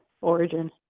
origin